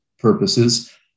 Purposes